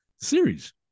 series